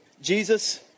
Jesus